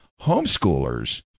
homeschoolers